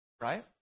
Right